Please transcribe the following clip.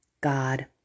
God